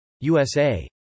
USA